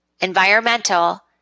environmental